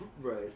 Right